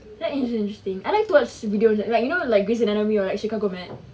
that is interesting I like to watch video like you know like grey's anatomy or chicago med